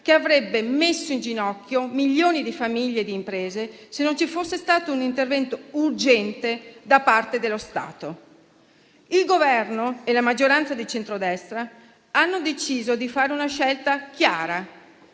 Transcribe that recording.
che avrebbe messo in ginocchio milioni di famiglie e di imprese, se non ci fosse stato un intervento urgente da parte dello Stato. Il Governo e la maggioranza di centrodestra hanno deciso di fare una scelta chiara,